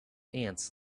ants